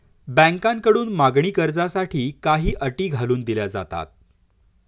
बँकांकडून मागणी कर्जासाठी काही अटी घालून दिल्या जातात